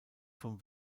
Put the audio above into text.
vom